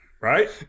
Right